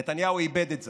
נתניהו איבד את זה,